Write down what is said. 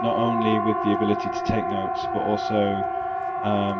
not only with the ability to take notes but also